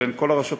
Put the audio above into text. אלה הן כל הרשויות.